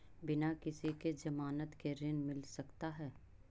बिना किसी के ज़मानत के ऋण मिल सकता है?